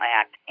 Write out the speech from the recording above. act